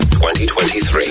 2023